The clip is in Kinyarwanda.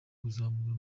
kuzamura